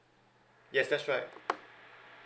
yes that's right